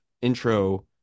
intro